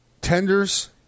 tenders